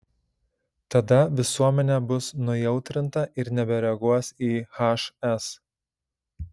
tada visuomenė bus nujautrinta ir nebereaguos į hs